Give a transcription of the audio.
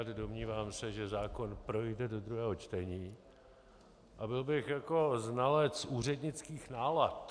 Domnívám se, že zákon projde do druhého čtení, a byl bych jako znalec úřednických nálad...